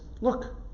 look